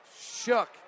shook